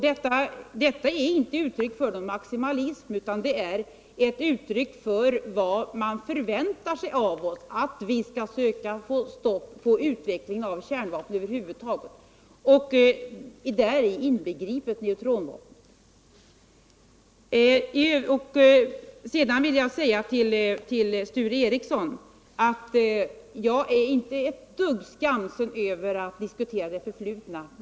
Detta är inte något uttryck för maximalism, utan det är ett uttryck för vad man förväntar sig av oss, nämligen att vi skall söka få stopp på utvecklingen av kärnvapen över huvud taget — däri inbegripet neutronvapen. Till Sture Ericson vill jag säga att jag inte är ett dugg skamsen över. atl diskutera det förflutna.